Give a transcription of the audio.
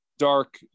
dark